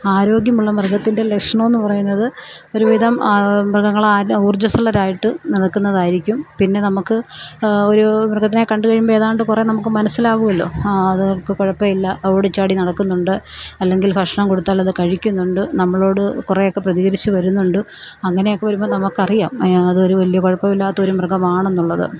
ആരോഗ്യമുള്ള മൃഗത്തിൻ്റെ ലക്ഷണമെന്ന് പറയുന്നത് ഒരുവിധം മൃഗങ്ങളാരും ഊർജ്ജസ്വലരായിട്ട് നടക്കുന്നതായിരിക്കും പിന്നെ നമുക്ക് ഒരു മൃഗത്തിനെ കണ്ടു കഴിയുമ്പോൾ ഏതാണ്ട് കുറെ നമുക്ക് മനസിലാകുവല്ലോ അതൊക്കെ കുഴപ്പമില്ല ഓടിച്ചാടി നടക്കുന്നുണ്ട് അല്ലെങ്കിൽ ഭക്ഷണം കൊടുത്താലത് കഴിക്കുന്നുണ്ട് നമ്മളോട് കുറെയൊക്കെ പ്രതികരിച്ചു വരുന്നുണ്ട് അങ്ങനെയൊക്കെ വരുമ്പോൾ നമുക്കറിയാം അതൊരു വലിയ കുഴപ്പമില്ലാത്തൊരു മൃഗമാണെന്നുള്ളത്